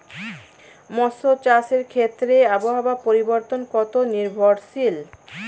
মৎস্য চাষের ক্ষেত্রে আবহাওয়া পরিবর্তন কত নির্ভরশীল?